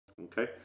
okay